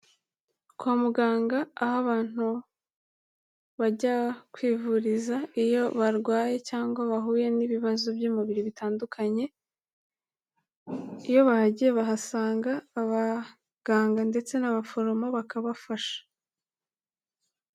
Kwa muganga aho abantu bajya kwivuriza iyo barwaye cyangwa bahuye n'ibibazo by'umubiri bitandukanye, iyo bahagiye bahasanga abaganga ndetse n'abaforomo bakabafasha.